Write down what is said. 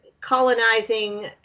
colonizing